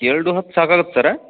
ಎರಡು ಹತ್ತು ಸಾಕಾಗತ್ತ ಸರ್